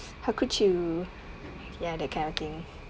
how could you ya that kind of thing